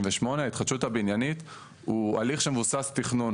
ההתחדשות הבניינית הוא הליך מבוסס תכנון.